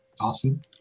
Awesome